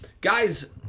Guys